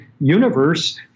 universe